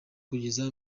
kugeza